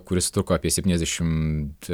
kuris truko apie septyniasdešimt